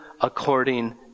according